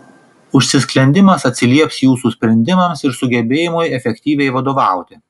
užsisklendimas atsilieps jūsų sprendimams ir sugebėjimui efektyviai vadovauti